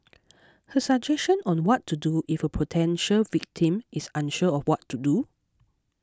her suggestion on what to do if a potential victim is unsure of what to do